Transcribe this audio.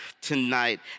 tonight